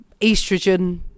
estrogen